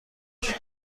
بشه